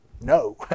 no